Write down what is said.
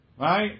Right